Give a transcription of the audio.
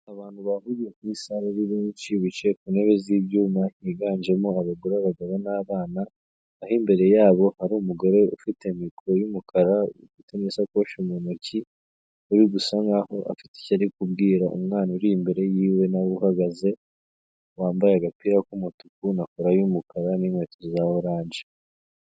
Abantu bahuriye kuri sale benshi, bicaye ku ntebe z'ibyuma, higanjemo abagore, abagabo, n'abana, aho imbere yabo hari umugore ufite mikoro y'umukara ufite n'isakoshi mu ntoki, uri gusa nkaho afite icyo ari kubwira umwana uri imbere yiwe nawe uhagaze, wambaye agapira k'umutuku na kora y'umukara, n'inkweto za oranje.